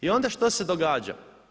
I onda što se događa?